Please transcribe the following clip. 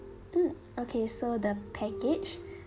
mm okay so the package